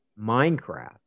Minecraft